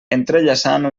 entrellaçant